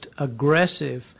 aggressive